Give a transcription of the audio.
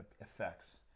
effects